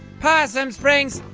possum springs!